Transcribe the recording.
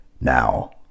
Now